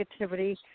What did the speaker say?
negativity